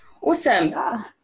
Awesome